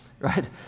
right